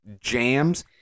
jams